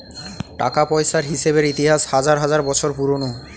টাকা পয়সার হিসেবের ইতিহাস হাজার হাজার বছর পুরোনো